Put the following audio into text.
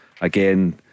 again